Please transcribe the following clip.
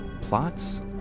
plots